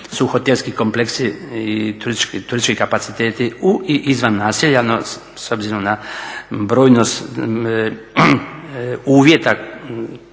hotelski kompleksi i turistički kapaciteti u i izvan naselja no s obzirom na brojnost uvjeta